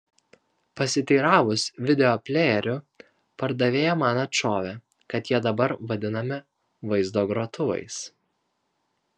pasiteiravus videoplejerių pardavėja man atšovė kad jie dabar vadinami vaizdo grotuvais